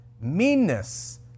meanness